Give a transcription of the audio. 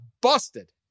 busted